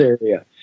area